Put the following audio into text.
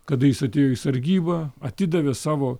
kada jis atėjo į sargybą atidavė savo